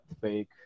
fake